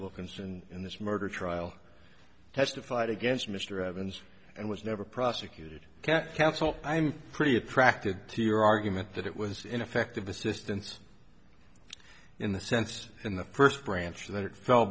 wilkinson in this murder trial testified against mr evans and was never prosecuted can't counsel i'm pretty attracted to your argument that it was ineffective assistance in the sense in the first branch that it fell